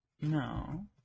No